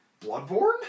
Bloodborne